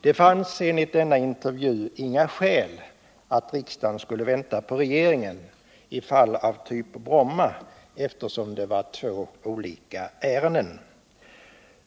Det fanns enligt denna intervju inget skäl till att riksdagen skulle vänta på regeringen i fall av typ Bromma, eftersom det var två olika ärenden.